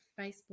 Facebook